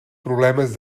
problemes